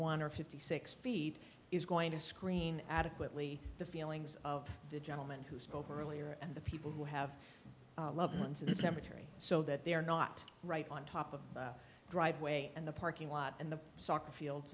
one or fifty six feet is going to screen adequately the feelings of the gentleman who spoke earlier and the people who have loved ones in the cemetery so that they're not right on top of the driveway and the parking lot and the soccer fields